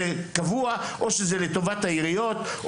קבוע, או לטובת העיריות.